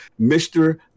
mr